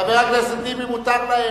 חבר הכנסת טיבי, מותר להם.